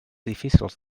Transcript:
difícils